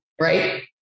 Right